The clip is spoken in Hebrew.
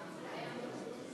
היושבת בראש,